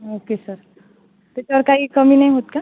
okay sir त्याच्यावर काही कमी नाही होत का